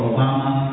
Obama